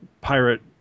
pirate